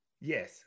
Yes